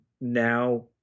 now